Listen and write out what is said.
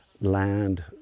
land